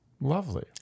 lovely